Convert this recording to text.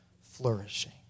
flourishing